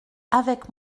avec